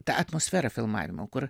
ta atmosfera filmavimo kur